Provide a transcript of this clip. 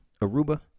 Aruba